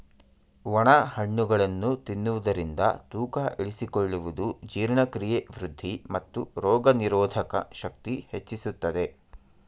ಒಣ ಹಣ್ಣುಗಳನ್ನು ತಿನ್ನುವುದರಿಂದ ತೂಕ ಇಳಿಸಿಕೊಳ್ಳುವುದು, ಜೀರ್ಣಕ್ರಿಯೆ ವೃದ್ಧಿ, ಮತ್ತು ರೋಗನಿರೋಧಕ ಶಕ್ತಿ ಹೆಚ್ಚಿಸುತ್ತದೆ